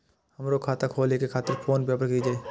हमरो खाता खोले के खातिर कोन पेपर दीये परतें?